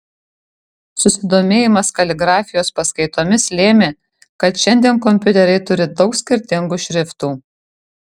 susidomėjimas kaligrafijos paskaitomis lėmė kad šiandien kompiuteriai turi daug skirtingų šriftų